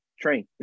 train